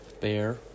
Bear